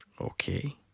Okay